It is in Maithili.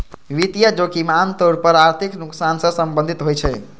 वित्तीय जोखिम आम तौर पर आर्थिक नुकसान सं संबंधित होइ छै